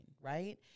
right